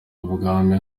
ubwami